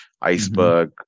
iceberg